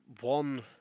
one